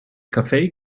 café